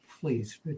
please